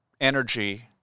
energy